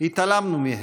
התעלמנו מהם.